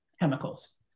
chemicals